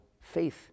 faith